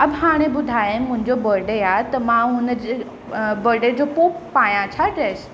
अब हाणे ॿुधाए मुंहिंजो बडे आहे त मां हुनजो बडे जो पोइ पाया छा ड्रेस